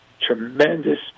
tremendous